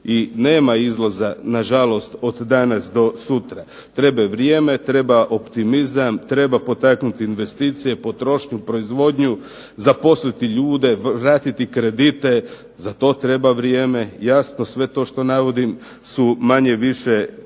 i nema izlaza na žalost od danas do sutra. Treba vrijeme, treba optimizam, treba potaknuti investicije, potrošnju, proizvodnju, zaposliti ljude, vratiti kredite, za to treba vrijeme, jasno sve to što navodim, su manje-više fraze,